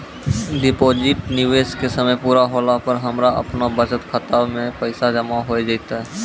Deposit निवेश के समय पूरा होला पर हमरा आपनौ बचत खाता मे पैसा जमा होय जैतै?